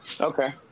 Okay